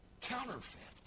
Counterfeit